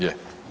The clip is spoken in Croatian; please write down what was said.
Je.